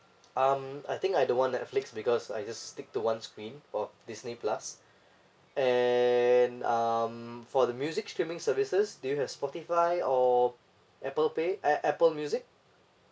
um I think I don't want Netflix because I just stick to one screen of Disney plus and um for the music streaming services do you have Spotify or Apple pay eh Apple music